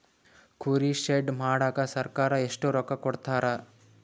ಕುರಿ ಶೆಡ್ ಮಾಡಕ ಸರ್ಕಾರ ಎಷ್ಟು ರೊಕ್ಕ ಕೊಡ್ತಾರ?